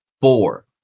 Four